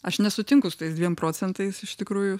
aš nesutinku su tais dviem procentais iš tikrųjų